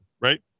right